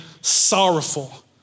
sorrowful